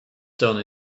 done